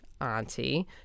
auntie